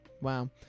Wow